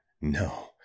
No